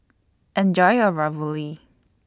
Enjoy your Ravioli